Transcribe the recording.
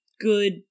good